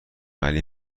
علی